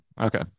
Okay